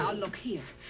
look here.